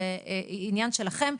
זה עניין שלכם,